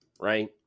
Right